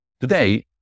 Today